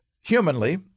Humanly